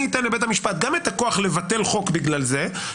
אני אתן לבית המשפט גם את הכוח לבטל חוק בגלל זה,